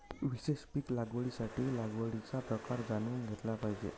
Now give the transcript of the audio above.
विशेष पीक लागवडीसाठी लागवडीचा प्रकार जाणून घेतला पाहिजे